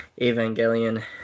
Evangelion